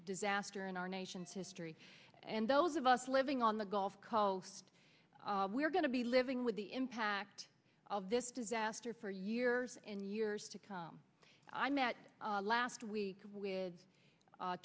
disaster in our nation's history and those of us living on the gulf coast we're going to be living with the impact of this disaster for years and years to come i met last week with